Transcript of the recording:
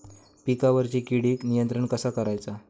पिकावरची किडीक नियंत्रण कसा करायचा?